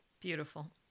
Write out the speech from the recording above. Beautiful